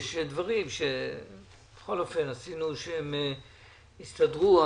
יש דברים שעשינו שהסתדרו.